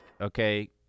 Okay